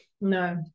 No